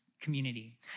community